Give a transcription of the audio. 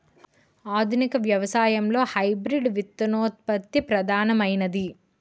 ఆధునిక వ్యవసాయంలో హైబ్రిడ్ విత్తనోత్పత్తి ప్రధానమైనది